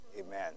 Amen